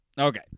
Okay